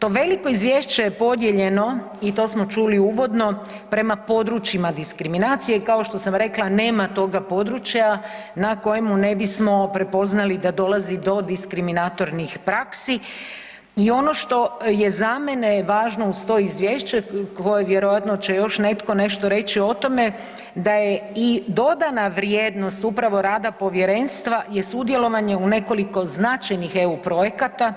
To veliko izvješće je podijeljeno i to smo čuli uvodno prema područjima diskriminacije, kao što sam rekla, nema toga područja na kojemu ne bismo prepoznali da dolazi do diskriminatornih praksi i ono što je za mene važno uz to izvješće koje vjerojatno će još netko nešto reći o tome, da je i dodana vrijednost upravo rada povjerenstva je sudjelovanje u nekoliko značajnih EU projekata